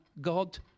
God